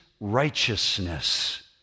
righteousness